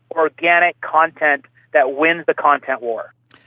organic content that wins the content war.